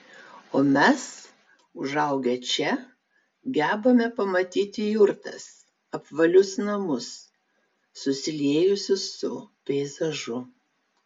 o mes užaugę čia gebame pamatyti jurtas apvalius namus susiliejusius su peizažu